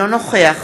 אינו נוכח